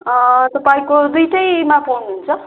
तपाईँको दुईवटैमा पाउनुहुन्छ